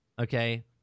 okay